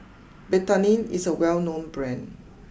Betadine is a well known Brand